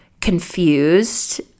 confused